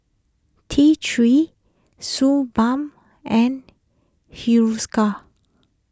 T three Suu Balm and Hiruscar